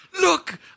Look